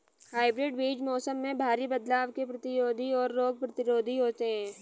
hybrid बीज मौसम में भारी बदलाव के प्रतिरोधी और रोग प्रतिरोधी होते हैं